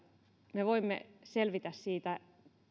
me voimme selvitä siitä